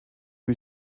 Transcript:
who